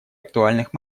актуальных